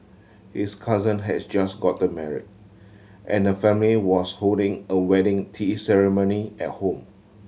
his cousin had just gotten married and the family was holding a wedding tea ceremony at home